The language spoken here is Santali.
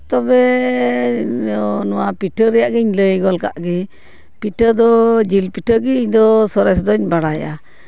ᱛᱚᱵᱮ ᱱᱚᱣᱟ ᱯᱤᱴᱷᱟᱹ ᱨᱮᱭᱟᱜ ᱜᱮᱧ ᱞᱟᱹᱭ ᱜᱚᱫ ᱠᱟᱜᱼᱜᱮ ᱯᱤᱴᱷᱟᱹ ᱫᱚ ᱡᱤᱞ ᱯᱤᱴᱷᱟᱹ ᱜᱮ ᱤᱧᱫᱚ ᱥᱚᱨᱮᱥ ᱫᱚᱧ ᱵᱟᱲᱟᱭᱟ